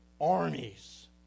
armies